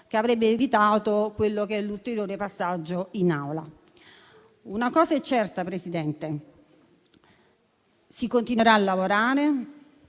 che avrebbe evitato l'ulteriore passaggio in Aula. Una cosa è certa, Presidente: si continuerà a lavorare